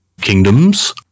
kingdoms